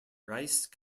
rice